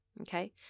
Okay